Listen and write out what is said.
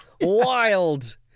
wild